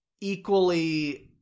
equally